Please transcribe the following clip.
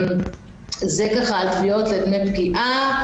זה על תביעות לדמי פגיעה.